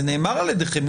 זה נאמר על ידיכם.